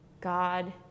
God